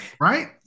right